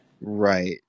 Right